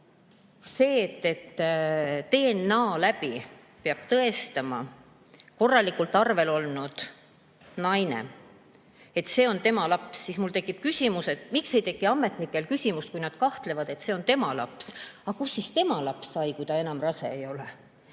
Kui DNA abil peab tõestama korralikult arvel olnud naine, et see on tema laps, siis mul tekib küsimus, miks ei teki ametnikel küsimust, kui nad kahtlevad, et see on tema laps. Aga kuhu siis tema laps sai, kui ta enam rase ei ole?